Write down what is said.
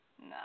No